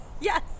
yes